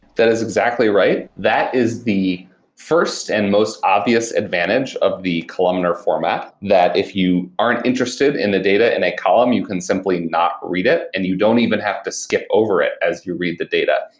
that is exactly right. that is the first and most obvious advantage of the columnar format, that if you aren't interested in a data in a column, you can simply not read it and you don't even have to skip over it as you read the data.